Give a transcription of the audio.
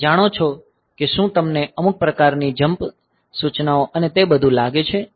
તમે જાણો છો કે શું તમને અમુક પ્રકારની જમ્પ સૂચનાઓ અને તે બધું લાગે છે